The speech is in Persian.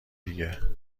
دیگه